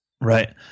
Right